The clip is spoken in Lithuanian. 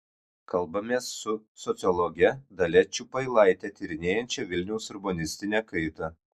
kalbamės su sociologe dalia čiupailaite tyrinėjančia vilniaus urbanistinę kaitą